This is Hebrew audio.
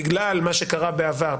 בגלל מה שקרה בעבר,